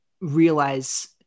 realize